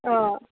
অঁ